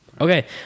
Okay